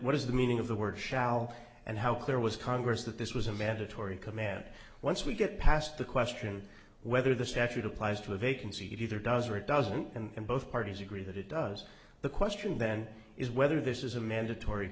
what is the meaning of the word shall and how clear was congress that this was a mandatory command once we get past the question whether the statute applies to a vacancy that either does or it doesn't and both parties agree that it does the question then is whether this is a mandatory